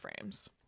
frames